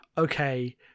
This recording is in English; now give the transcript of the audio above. Okay